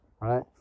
right